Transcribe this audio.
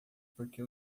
porque